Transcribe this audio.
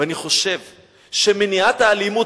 אני חושב שמניעת האלימות,